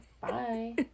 Bye